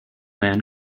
man